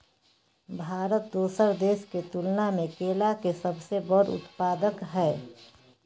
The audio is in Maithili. भारत दोसर देश के तुलना में केला के सबसे बड़ उत्पादक हय